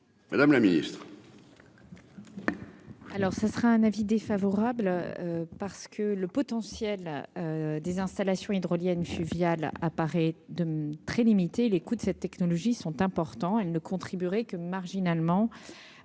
Madame la ministre.